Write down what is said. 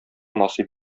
насыйп